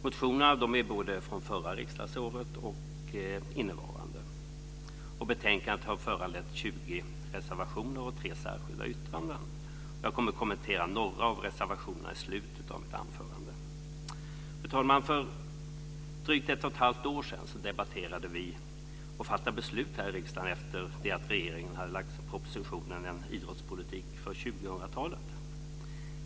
Motionerna är både från förra riksdagsåret och från innevarande. Betänkandet har föranlett 20 reservationer och tre särskilda yttranden. Jag kommer att kommentera några av reservationerna i slutet av mitt anförande. Fru talman! För drygt ett och ett halvt år sedan debatterade vi och fattade beslut här i riksdagen om regeringens proposition En idrottspolitik för 2000 talet.